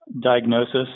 diagnosis